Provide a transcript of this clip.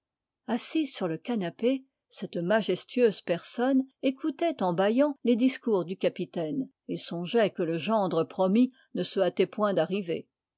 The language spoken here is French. cette majestueuse personne écoutait en bâillant les discours du capitaine et songeait que le gendre promis ne se hâtait point d'arriver